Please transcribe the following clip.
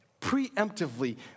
preemptively